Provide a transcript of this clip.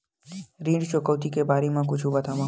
ऋण चुकौती के बारे मा कुछु बतावव?